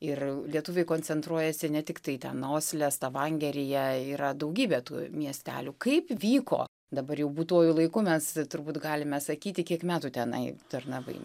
ir lietuviai koncentruojasi ne tiktai ten osle stavangeryje yra daugybė tų miestelių kaip vyko dabar jau būtuoju laiku mes turbūt galime sakyti kiek metų tenai tarnavai